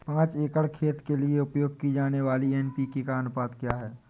पाँच एकड़ खेत के लिए उपयोग की जाने वाली एन.पी.के का अनुपात क्या है?